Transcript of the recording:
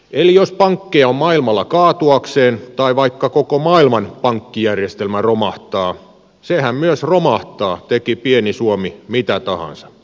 eli jos pankkeja on maailmalla kaatuakseen tai vaikka koko maailman pankkijärjestelmä romahtaa sehän myös romahtaa teki pieni suomi mitä tahansa